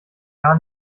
gar